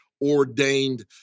ordained